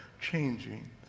changing